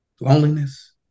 loneliness